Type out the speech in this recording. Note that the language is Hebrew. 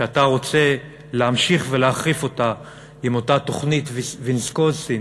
שאתה רוצה להמשיך ולהחריף אותה עם אותה תוכנית ויסקונסין